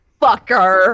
fucker